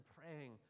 praying